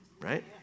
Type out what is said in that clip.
right